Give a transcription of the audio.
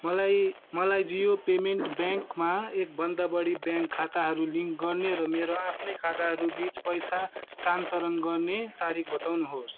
मलाई मलाई Jio payments ब्याङ्कमा एकभन्दा बढी ब्याङ्क खाताहरू लिङ्क गर्ने र मेरो आफ्नै खाताहरू बिच पैसा स्थानान्तरण गर्ने तरिका बताउनुहोस्